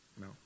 No